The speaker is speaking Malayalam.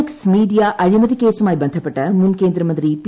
എക്സ് മീഡിയ അഴിമതികേസുമായി ബന്ധപ്പെട്ട് മുൻ കേന്ദ്രമന്ത്രി പി